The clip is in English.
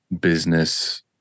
business